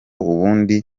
ubundi